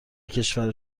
کشور